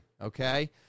okay